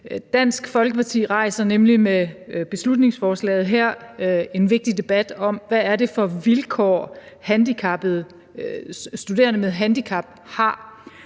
Dansk Folkeparti rejser nemlig med beslutningsforslaget her en vigtig debat om, hvad det er for vilkår, studerende med handicap har.